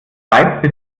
schweiz